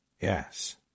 Yes